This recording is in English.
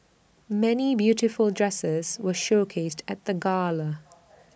many beautiful dresses were showcased at the gala